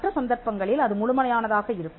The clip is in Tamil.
மற்ற சந்தர்ப்பங்களில் அது முழுமையானதாக இருக்கும்